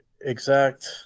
exact